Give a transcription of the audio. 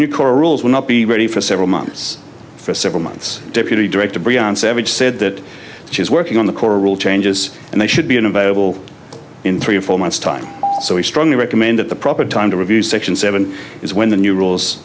new corps rules will not be ready for several months for several months deputy director brianne savage said that she is working on the core rule changes and they should be available in three or four months time so we strongly recommend that the proper time to review section seven is when the new rules